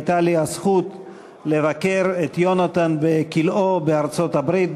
הייתה לי הזכות לבקר את יונתן בכלאו בארצות-הברית,